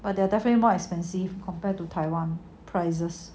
but there are definitely more expensive compared to taiwan prices